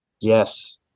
Yes